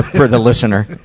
for the listener.